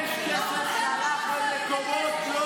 יש כסף שהלך למקומות לא